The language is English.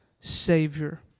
Savior